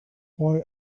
why